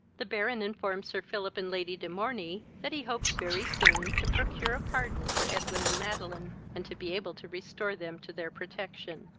the baron informed sir philip and lady de morney that he hoped very soon to procure a pardon for edwin and madeline, and to be able to restore them to their protection.